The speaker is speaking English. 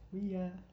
we are